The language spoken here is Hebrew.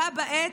בה בעת,